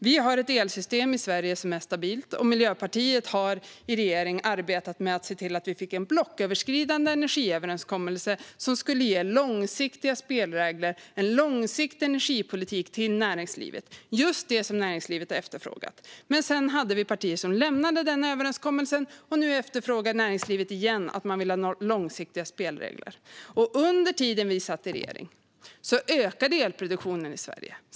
Vi har ett elsystem i Sverige som är stabilt, och Miljöpartiet arbetade i regering med att se till att vi fick en blocköverskridande energiöverenskommelse som skulle ge långsiktiga spelregler och en långsiktig energipolitik till näringslivet - just det som näringslivet har efterfrågat. Men sedan hade vi partier som lämnade denna överenskommelse, och nu efterfrågar näringslivet återigen långsiktiga spelregler. Under tiden vi satt i regering ökade elproduktionen i Sverige.